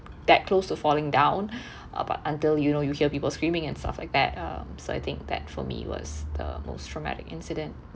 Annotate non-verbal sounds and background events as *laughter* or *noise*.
that close to falling down *breath* about until you know you hear people screaming and stuff like that um so I think that for me was the most traumatic incident